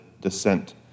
descent